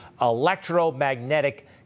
electromagnetic